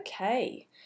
okay